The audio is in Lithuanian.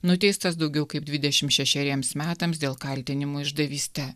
nuteistas daugiau kaip dvidešim šešeriems metams dėl kaltinimų išdavyste